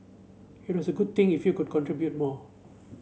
it was a good thing if you could contribute more